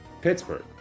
Pittsburgh